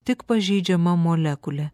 tik pažeidžiama molekulė